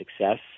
success